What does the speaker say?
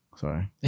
sorry